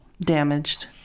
damaged